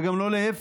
וגם לא להפך.